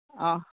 ꯑꯧ